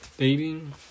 Dating